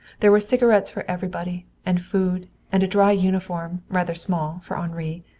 there were cigarettes for everybody, and food and a dry uniform, rather small, for henri.